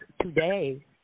today